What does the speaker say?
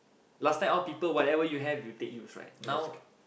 last time all people whatever you have you take use right now